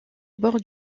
bord